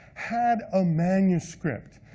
had a manuscript.